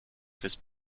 his